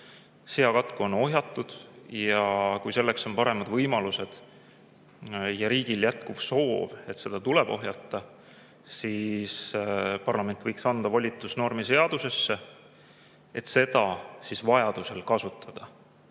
seakatk on ohjatud. Ja kui selleks on paremad võimalused ja riigil on jätkuv soov, et seda tuleb ohjata, siis parlament võiks anda volitusnormi seaduses, et seda siis vajadusel kasutada. Olgu